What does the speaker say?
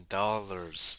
dollars